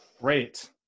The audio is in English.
Great